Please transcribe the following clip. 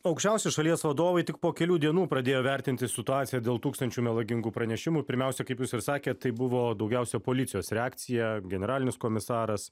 aukščiausi šalies vadovai tik po kelių dienų pradėjo vertinti situaciją dėl tūkstančių melagingų pranešimų pirmiausia kaip jūs ir sakėt tai buvo daugiausia policijos reakcija generalinis komisaras